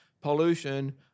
pollution